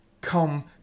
come